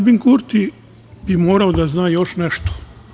Aljbin Kurti bi morao da zna još nešto.